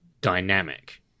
dynamic